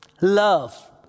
Love